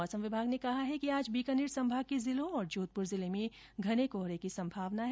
मौसम विभाग ने कहा है कि आर्ज बीकानेर संभाग के जिलों और जोधपुर जिले में घने कोहरे की संभावना है